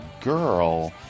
girl